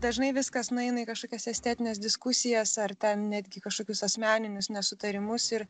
dažnai viskas nueina į kažkokias estetines diskusijas ar ten netgi kažkokius asmeninius nesutarimus ir